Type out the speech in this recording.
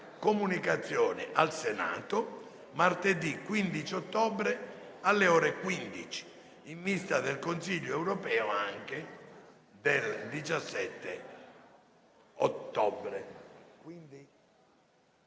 comunicazioni al Senato martedì 15 ottobre, alle ore 15, in vista del Consiglio europeo del 17 e 18 ottobre.